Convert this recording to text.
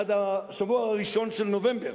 עד השבוע הראשון של נובמבר.